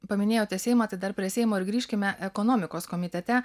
paminėjote seimą tai dar prie seimo ir grįžkime ekonomikos komitete